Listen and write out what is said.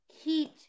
Heat